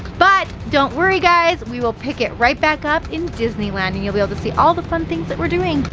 but don't worry guys, we will pick it right back up in disneyland. and you'll be able to see all the fun things that we're doing.